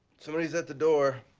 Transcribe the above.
somebody's at the door.